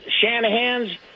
Shanahan's